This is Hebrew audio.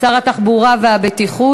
שר התחבורה והבטיחות,